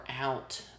out